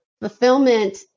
fulfillment